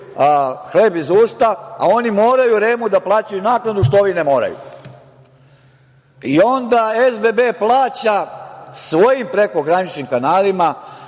hleb iz usta, a oni moraju REM-u da plaćaju naknadu, što ovi ne moraju. Onda SBB plaća svojim prekograničnim kanalima